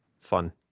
fun